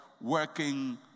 working